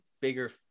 bigger